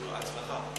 בהצלחה.